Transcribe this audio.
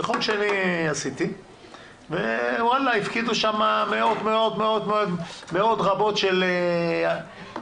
זו תוכנית שאני עשיתי והפקידו שם מאות רבות של מיליונים.